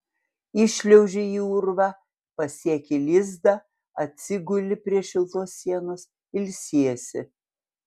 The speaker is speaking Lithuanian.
įšliauži į urvą pasieki lizdą atsiguli prie šiltos sienos ilsiesi